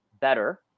better